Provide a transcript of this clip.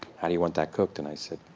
how do you want that cooked? and i said,